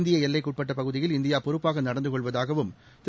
இந்திய எல்லைக்குட்பட்ட பகுதியில் இந்தியா பொறுப்பாக நடந்து கொள்வதாகவும் திரு